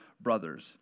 brothers